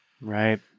Right